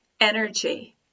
energy